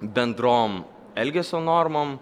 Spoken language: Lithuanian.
bendrom elgesio normom